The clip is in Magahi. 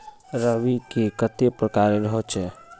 रवि के कते प्रकार होचे?